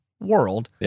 world